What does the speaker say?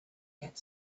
get